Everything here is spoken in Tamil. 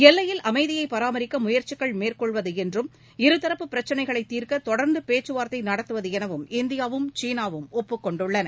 எல்லையில் அமைதியை பராமரிக்க முயற்சிகள் மேற்கொள்வது என்றும் இருதரப்பு பிரச்சினைகளை தீர்க்க தொடர்ந்து பேச்சுவார்த்தை நடத்துவது எனவும் இந்தியாவும் சீனாவும் ஒப்புக் கொண்டுள்ளன